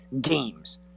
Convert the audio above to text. games